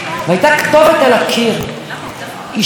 במספר 100 טמון המוות.